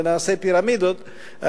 ונעשה פירמידות,